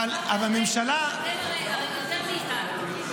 בסדר --- אבל הממשלה --- אתם הרי יותר מאיתנו.